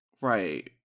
Right